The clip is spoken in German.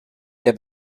der